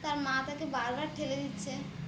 তার মা তাকে বারবার ঠেলে দিচ্ছে